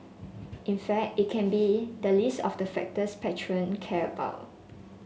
in fact it can be the least of the factors patron care about